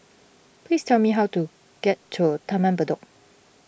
please tell me how to get to Taman Bedok